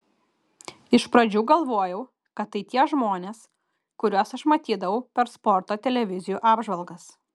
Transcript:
iš pradžių galvojau kad tai tie žmonės kuriuos aš matydavau per sporto televizijų apžvalgas